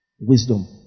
Wisdom